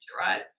right